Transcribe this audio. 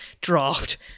draft